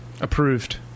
Approved